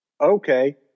Okay